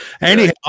Anyhow